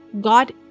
God